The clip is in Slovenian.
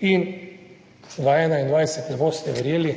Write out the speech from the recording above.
in 2021, ne boste verjeli,